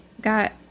got